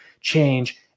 change